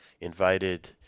invited